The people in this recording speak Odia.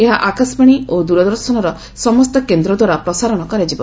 ଏହା ଆକାଶବାଣୀ ଓ ଦୂରଦର୍ଶନର ସମସ୍ତ କେନ୍ଦ୍ର ଦ୍ୱାରା ପ୍ରସାରଣ କରାଯିବ